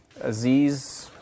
Aziz